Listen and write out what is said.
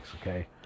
Okay